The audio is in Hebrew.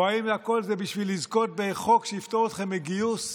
או האם הכול זה בשביל לזכות בחוק שיפטור אתכם מגיוס?